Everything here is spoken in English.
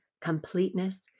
completeness